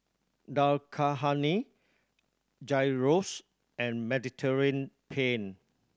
Dal Makhani Gyros and Mediterranean Penne